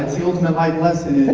the ultimate life lessons